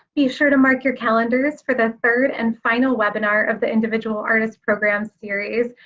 be sure to mark your calendars for the third and final webinar of the individual artist program series.